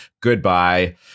Goodbye